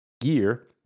gear